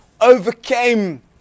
overcame